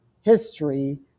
history